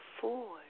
four